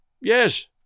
Yes